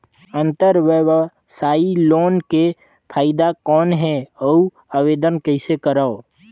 अंतरव्यवसायी लोन के फाइदा कौन हे? अउ आवेदन कइसे करव?